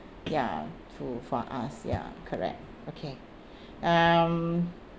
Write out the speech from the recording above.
ya true for us ya correct okay um